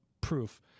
proof